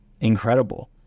incredible